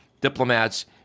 diplomats